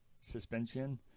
suspension